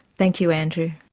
thank you andrew.